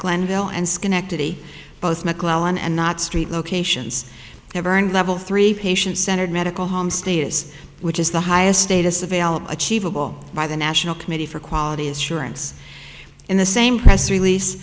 glenville and schenectady both mcclellan and not street locations have earned level three patient centered medical home status which is the highest status available achievable by the national committee for quality assurance in the same press release